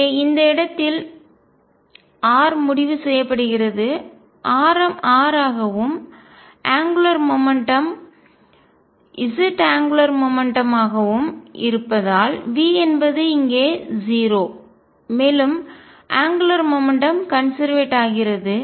இங்கே இந்த இடத்தில் r முடிவு செய்யப்படுகிறது ஆரம் r ஆகவும் அங்குலார் மொமெண்ட்டம் கோண உந்தம் z அங்குலார் மொமெண்ட்டம் மாகவும் கோண உந்தம் இருப்பதால் V என்பது இங்கே 0 மேலும் அங்குலார் மொமெண்ட்டம் கோண உந்தம் கன்செர்வேட் ஆகிறது